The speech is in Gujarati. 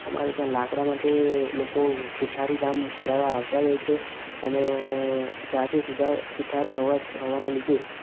અમારે ત્યાં લાકડાં માટે લોકો સુથારી કામ કરાવવા આવતા જ હોય છે અને જાતે અ સુથારી હોવાના લીધે